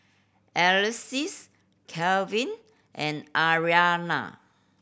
Alexus Calvin and Aryanna